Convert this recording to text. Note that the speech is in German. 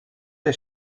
der